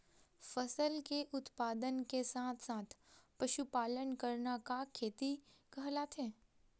फसल के उत्पादन के साथ साथ पशुपालन करना का खेती कहलाथे?